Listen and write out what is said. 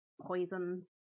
poison